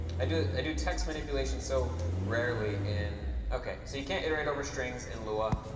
i do i do text manipulation so rarely in ok. so you can't iterate over strings in lua.